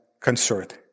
concerned